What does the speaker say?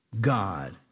God